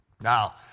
Now